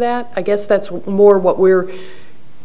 that i guess that's one more what we're